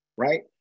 Right